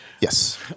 Yes